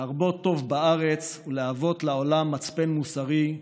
להרבות טוב בארץ ולהוות לעולם מצפן מוסרי,